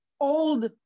old